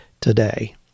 today